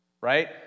Right